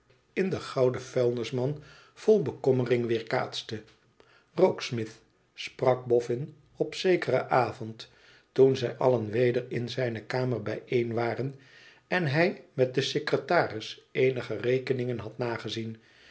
in den gouden vuilnisman vol bekommering weerkaatste rokesmith sprak boffin op zekeren avond toen zij allen weder in zijne kamer bijeen waren en hij met den secretaris eenige rekeningen had nagezien